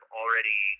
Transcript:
already